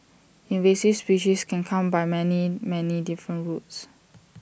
invasive species can come by many many different routes